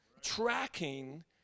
tracking